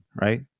right